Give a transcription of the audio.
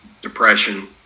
Depression